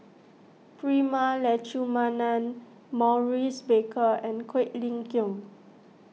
Prema Letchumanan Maurice Baker and Quek Ling Kiong